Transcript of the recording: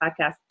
podcast